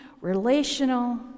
relational